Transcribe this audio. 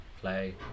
play